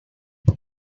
our